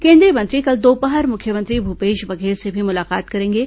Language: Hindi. केन्द्रीय मंत्री कल दोपहर मुख्यमंत्री भूपेश बघेल से भी मुलाकात करेंगे